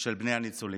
של בני הניצולים: